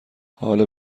حال